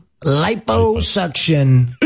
liposuction